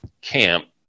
camp